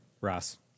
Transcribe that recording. ross